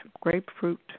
grapefruit